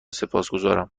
سپاسگزارم